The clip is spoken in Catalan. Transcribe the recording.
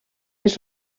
les